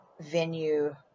venue